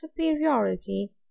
superiority